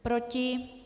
Proti?